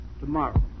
tomorrow